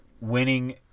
Winning